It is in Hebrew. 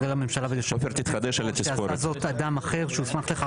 חבר הממשלה --- אדם אחר שהוסמך לכך